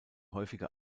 häufige